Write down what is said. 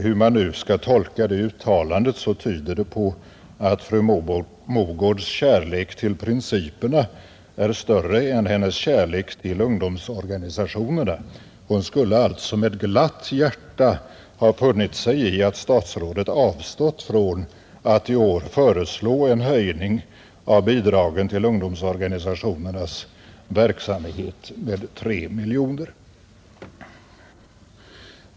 Hur man nu än skall tolka det uttalandet, tyder det på att fru Mogårds kärlek till principerna är större än hennes kärlek till ungdomsorganisationerna. Hon skulle alltså med glatt hjärta ha funnit sig i att statsrådet avstått från att i år föreslå en höjning av bidragen till ungdomsorganisationernas verksamhet med 3 miljoner kronor.